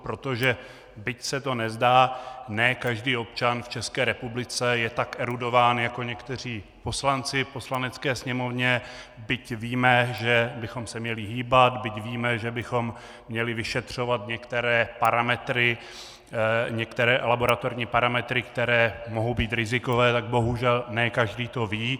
Protože, byť se to nezdá, ne každý občan v České republice je tak erudován jako někteří poslanci v Poslanecké sněmovně, byť víme, že bychom se měli hýbat, byť víme, že bychom měli vyšetřovat některé laboratorní parametry, které mohou být rizikové, tak bohužel ne každý to ví.